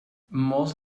molts